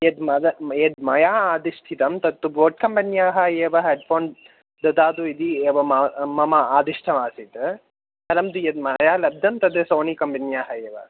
यद् यद् मया आदिष्टितं तद् तु बोट् कम्पन्याः एव हेड्फ़ोन् ददातु इति एवं मम आदिष्टमासीत् परन्तु यद् मया लब्दं तद् सोनि कम्पन्याः एव